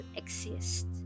exist